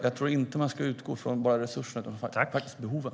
Jag tror inte att man ska utgå enbart från resurserna utan faktiskt också från behoven.